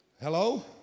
Hello